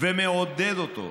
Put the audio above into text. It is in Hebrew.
ומעודדים אותו,